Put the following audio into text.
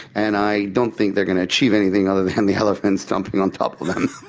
and i don't think they're going to achieve anything other than the elephant stomping on top of them.